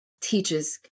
teaches